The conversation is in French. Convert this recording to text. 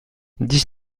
dix